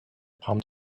palm